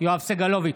יואב סגלוביץ'